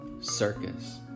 Circus